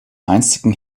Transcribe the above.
einstigen